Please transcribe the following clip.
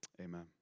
Amen